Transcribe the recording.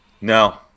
No